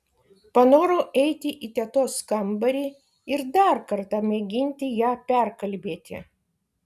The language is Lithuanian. panorau eiti į tetos kambarį ir dar kartą mėginti ją perkalbėti